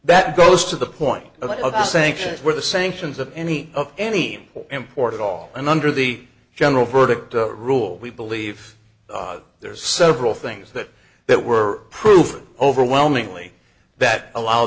that goes to the point of the sanctions where the sanctions of any of any import at all and under the general verdict rule we believe there are several things that that were proved overwhelmingly that allow